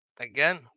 again